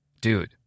dude